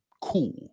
cool